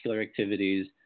activities